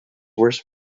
worse